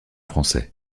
français